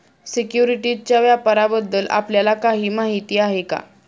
सिक्युरिटीजच्या व्यापाराबद्दल आपल्याला काही माहिती आहे का?